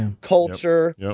culture